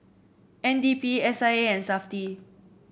N D P S I A and Safti